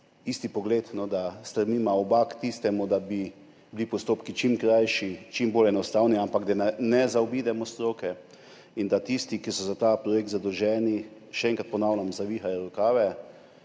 isti pogled, da stremiva oba k tistemu, da bi bili postopki čim krajši, čim bolj enostavni, ampak da ne zaobidemo stroke in da tisti, ki so za ta projekt zadolženi, še enkrat ponavljam, zavihajo rokave.